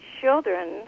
children